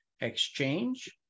exchange